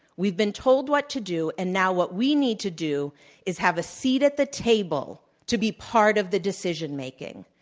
we've told what to do. and now what we need to do is have a seat at the table to be part of the decision making.